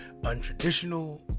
untraditional